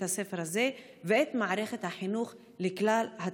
הספר הזה ואת מערכת החינוך לכל הילדים?